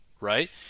right